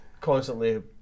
constantly